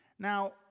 Now